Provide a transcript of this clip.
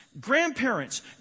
grandparents